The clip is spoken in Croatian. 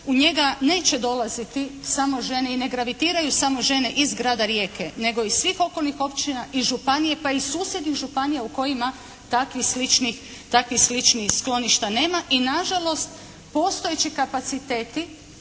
u njega neće dolaziti samo žene i ne gravitiraju samo žene iz grada Rijeke, nego i iz svih okolnih općina i županije, pa i susjednih županija u kojima takvih sličnih skloništa nema. I nažalost postojeći kapaciteti